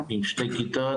עם שתי כיתות,